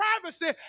privacy